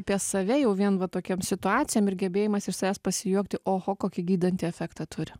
apie save jau vien va tokiom situacijom ir gebėjimas iš savęs pasijuokti oho kokį gydantį efektą turi